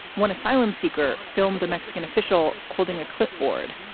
one asylum seeker filmed a mexican official holding a clipboard,